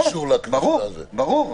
ברור.